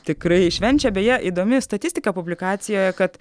tikrai švenčia beje įdomi statistika publikacijoje kad